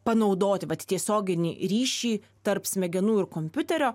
panaudoti tiesioginį ryšį tarp smegenų ir kompiuterio